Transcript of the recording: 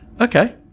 okay